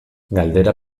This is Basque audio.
galdera